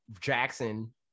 jackson